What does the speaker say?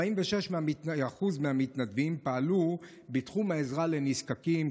46% מהמתנדבים פעלו בתחום העזרה לנזקקים,